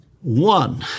One